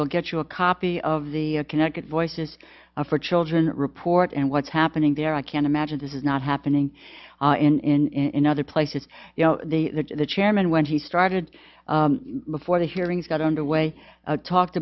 will get you a copy of the connecticut voices for children report and what's happening there i can't imagine this is not happening in other places you know the the chairman when he started before the hearings got underway talked